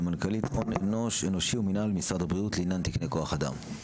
סמנכ"לית הון אנושי ומינהל משרד הבריאות לעניין תקני כוח אדם.